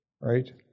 right